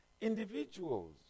Individuals